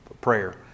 prayer